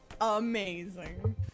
amazing